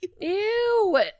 Ew